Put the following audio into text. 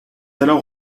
alors